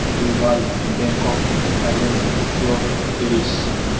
Dubai Bangkok Thailand Tokyo Paris